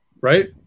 right